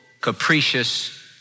capricious